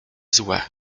złe